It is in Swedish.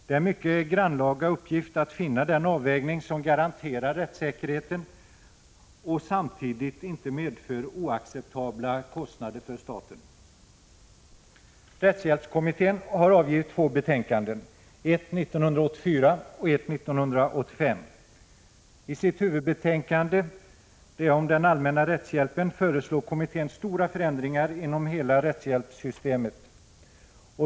Det är en mycket grannlaga uppgift att finna den avvägning som garanterar rättssäkerheten och samtidigt inte medför oacceptabla kostnader för staten. Rättshjälpskommittén har avgivit två betänkanden, ett 1984 och ett 1985. I sitt huvudbetänkande om den allmänna rättshjälpen föreslår kommittén stora förändringar inom hela rättshjälpssystemet.